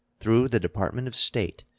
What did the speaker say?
through the department of state,